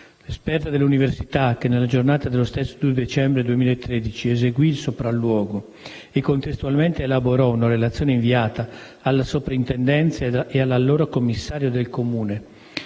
L'esperta dell'Università, nella giornata dello stesso 2 dicembre 2013, eseguì il sopralluogo e contestualmente elaborò una relazione inviata alla Soprintendenza e all'allora commissario del Comune,